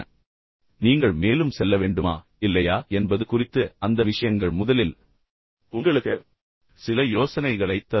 எனவே நீங்கள் மேலும் செல்ல வேண்டுமா இல்லையா என்பது குறித்து அந்த விஷயங்கள் முதலில் உங்களுக்கு சில யோசனைகளைத் தரும்